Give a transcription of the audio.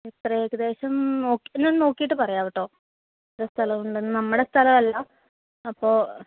എത്ര ഏകദേശം ഒന്ന് നോക്കിയിട്ട് പറയാം കേട്ടൊ എത്ര സ്ഥലം ഉണ്ടെന്ന് നമ്മുടെ സ്ഥലം അല്ല അപ്പോൾ